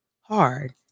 hard